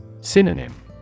Synonym